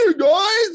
guys